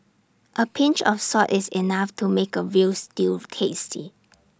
A pinch of salt is enough to make A Veal Stew tasty